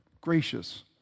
gracious